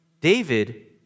David